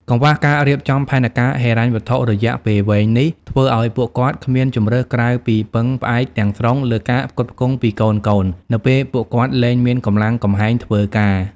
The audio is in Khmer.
កង្វះការរៀបចំផែនការហិរញ្ញវត្ថុរយៈពេលវែងនេះ ធ្វើឱ្យពួកគាត់គ្មានជម្រើសក្រៅពីពឹងផ្អែកទាំងស្រុងលើការផ្គត់ផ្គង់ពីកូនៗនៅពេលពួកគាត់លែងមានកម្លាំងកំហែងធ្វើការ។